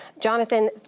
Jonathan